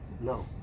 no